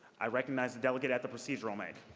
i recognize the delegate at the procedural mic.